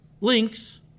links